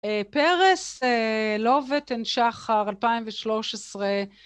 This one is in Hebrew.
פרס, לובט אנד שחר, 2013.